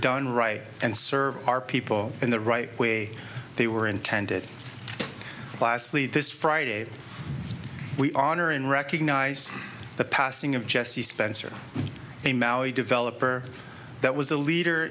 done right and serve our people in the right way they were intended lastly this friday we honor and recognize the passing of jesse spencer a maui developer that was a leader